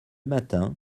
matin